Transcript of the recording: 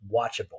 watchable